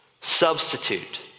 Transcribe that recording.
substitute